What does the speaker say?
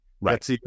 Right